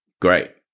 Great